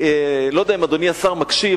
אני לא יודע אם אדוני השר מקשיב,